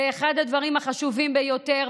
זה אחד הדברים החשובים ביותר,